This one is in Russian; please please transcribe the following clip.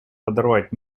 подорвать